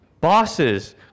Bosses